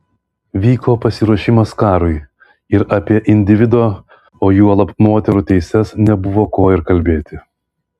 vyko pasiruošimas karui ir apie individo o juolab moterų teises nebuvo ko ir kalbėti